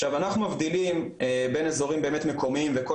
עכשיו אנחנו מבדילים בין אזורים באמת מקומיים וכל